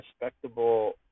Respectable